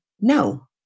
no